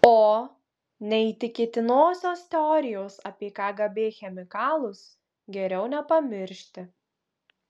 o neįtikėtinosios teorijos apie kgb chemikalus geriau nepamiršti